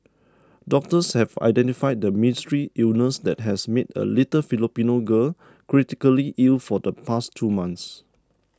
doctors have identified the mystery illness that has made a little Filipino girl critically ill for the past two months